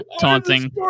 taunting